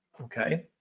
okay